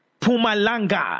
Pumalanga